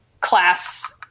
class